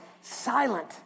silent